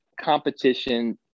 competition